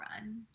Run